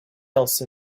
else